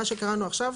מה שקראנו עכשיו,